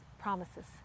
promises